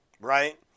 Right